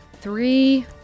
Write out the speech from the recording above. Three